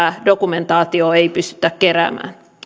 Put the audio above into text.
tunnusmerkistön täyttävää dokumentaatiota ei pystytä keräämään